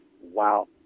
Wow